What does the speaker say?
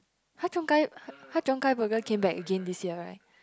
Ha-Cheong-Gai Ha-Cheong-Gai burger came back again this year right